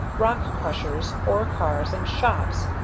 rock-crushers, ore-cars, and shops,